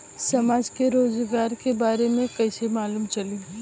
समाज के योजना के बारे में कैसे मालूम चली?